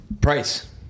price